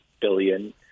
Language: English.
billion